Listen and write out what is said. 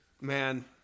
man